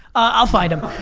i'll find em.